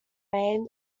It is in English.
main